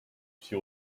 she